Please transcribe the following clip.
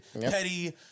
Petty